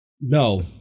No